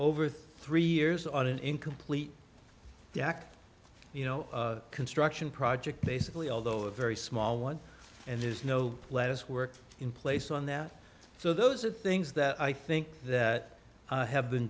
over three years on an incomplete jack you know construction project basically although a very small one and there's no let us work in place on that so those are things that i think that have been